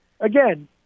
again